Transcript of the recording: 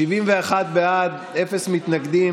ישראל ביתנו